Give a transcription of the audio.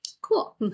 cool